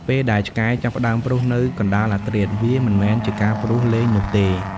ពេលដែលឆ្កែចាប់ផ្តើមព្រុសនៅកណ្តាលអធ្រាត្រ វាមិនមែនជាការព្រុសលេងនោះទេ។